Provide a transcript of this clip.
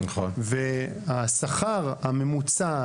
והשכר הממוצע,